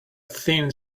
thin